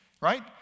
right